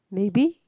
maybe